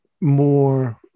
more